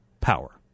power